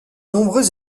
nombreux